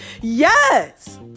Yes